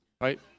Right